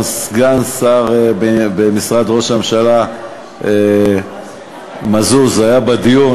גם סגן השר במשרד ראש הממשלה מזוז היה בדיון.